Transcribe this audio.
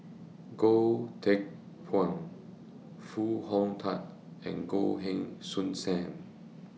Goh Teck Phuan Foo Hong Tatt and Goh Heng Soon SAM